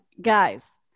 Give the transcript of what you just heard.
Guys